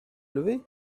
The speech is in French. lever